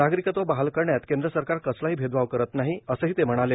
नागरीकत्व बहाल करण्यात केंद्र सरकार कसलाही भेदभाव करत नाही असंही ते म्हणाले